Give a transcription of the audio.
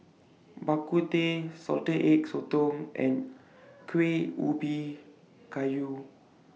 Bak Kut Teh Salted Egg Sotong and Kuih Ubi Kayu